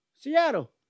Seattle